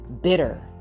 bitter